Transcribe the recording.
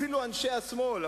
אפילו אנשי השמאל,